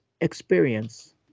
experience